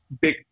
big